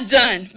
done